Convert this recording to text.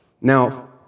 Now